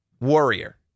Warrior